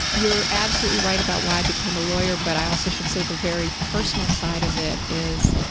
you're absolutely right about why i became a lawyer. but i also should say the very personal side of it is,